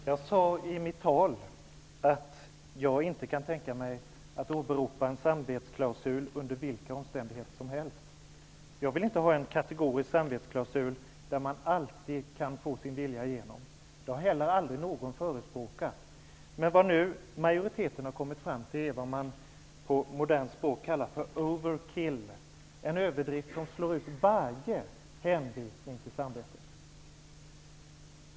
Herr talman! Jag sade i mitt tal att jag inte kan tänka mig att åberopa en samvetsklausul under vilka omständigheter som helst. Jag vill inte ha en kategorisk samvetsklausul där man alltid kan få sin vilja igenom. Det har inte heller någon förespråkat. Men det majoriteten nu har kommit fram till är vad som på modernt språk kallas för ''overkill''. Det är en överdrift som slår ut varje hänvisning till samvetet.